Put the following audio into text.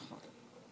נכון.